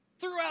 Throughout